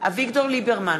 אביגדור ליברמן,